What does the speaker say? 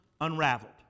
unraveled